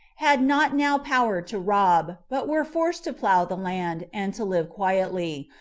had not now power to rob, but were forced to plough the land, and to live quietly,